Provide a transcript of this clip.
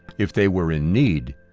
if they were in need,